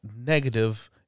negative